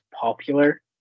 popular